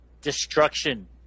Destruction